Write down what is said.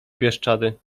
bieszczady